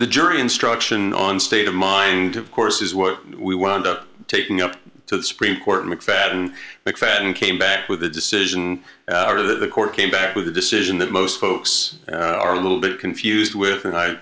the jury instruction on state of mind of course is what we wound up taking up to the supreme court mcfadden mcfadden came back with a decision or the court came back with a decision that most folks are a little bit confused with and i